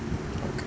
okay